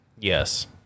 Yes